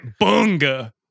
bunga